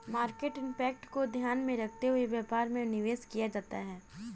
market impact को ध्यान में रखते हुए व्यापार में निवेश किया जाता है